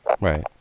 Right